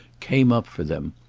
came up for them,